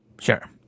Sure